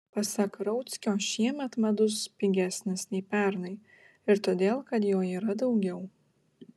pasak rauckio šiemet medus pigesnis nei pernai ir todėl kad jo yra daugiau